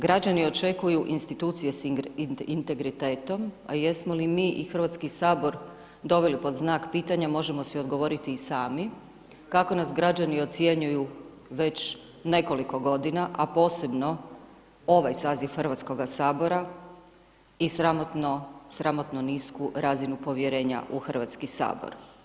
Građani očekuju institucije s integritetom, a jesmo li mi i Hrvatski sabor doveli pod znak pitanja možemo si odgovoriti i sami, kako nas građani ocjenjuju već nekoliko godina, a posebno ovaj saziv Hrvatskoga sabora i sramotno, sramotno nisku razinu povjerenja u Hrvatski sabor.